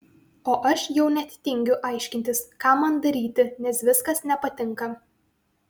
o aš jau net tingiu aiškintis ką man daryti nes viskas nepatinka